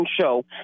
show